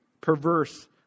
perverse